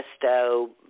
pesto